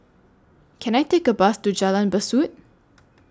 Can I Take A Bus to Jalan Besut